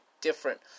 different